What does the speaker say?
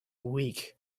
week